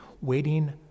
waiting